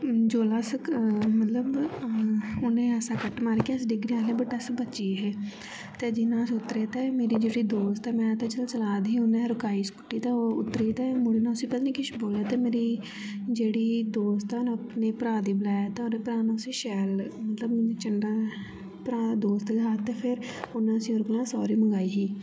जोल्लै अस अ मतलब अ ओनै असे कट मारेआ अस डिगने आह्ले हे बट अस बच्ची गे हे ते जियां अस उतरे ते मेरी जेह्डी दोस्त ऐ मैं ते चल चला दी ही उन्नै रकाई स्कूटी ते ओ उतरी ते मुड़े ने उस्सी पता नी केश बोलेआ ते मेरी जेह्डी दोस्त ऐ उन्नै अपने भ्रा दी बलाया ते ओह्दे भ्रा ने उस्सी शैल मतलब झंडा भ्रा दा दोस्त गै हा ते फेर उन्नै उस्सी ओह्दे कोला सारी मंगाई ही